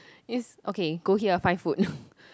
it's okay go here five foot